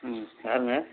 ம் யாருங்க